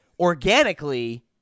organically